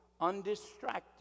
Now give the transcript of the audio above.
undistracted